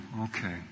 okay